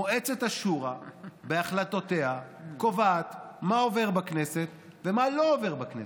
מועצת השורא בהחלטותיה קובעת מה עובר בכנסת ומה לא עובר בכנסת.